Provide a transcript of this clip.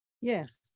Yes